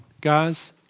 guys